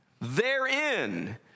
therein